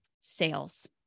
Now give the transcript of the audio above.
sales